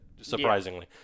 surprisingly